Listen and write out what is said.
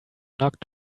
knocked